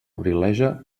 abrileja